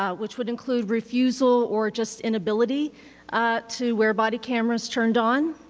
ah which would include refusal or just an ability to wear body cameras turned on.